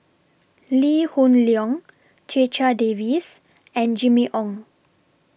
Lee Hoon Leong Checha Davies and Jimmy Ong